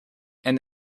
and